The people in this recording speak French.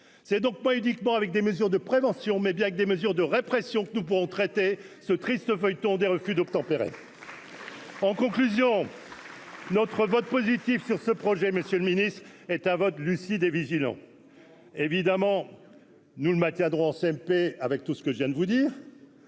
c'est donc pas uniquement avec des mesures de prévention mais bien que des mesures de répression que nous pourrons traiter ce triste feuilleton des refus d'obtempérer. En conclusion. Notre vote positif sur ce projet, Monsieur le Ministre, est un vote lucides et vigilants, évidemment nous le maintiendrons CMP avec tout ce que je viens de vous dire